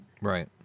right